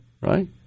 right